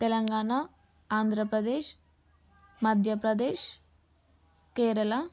Telangana Andhra Pradesh Madhya Pradesh Kerala